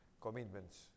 commitments